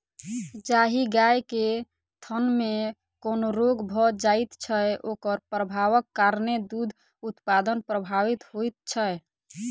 जाहि गाय के थनमे कोनो रोग भ जाइत छै, ओकर प्रभावक कारणेँ दूध उत्पादन प्रभावित होइत छै